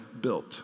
built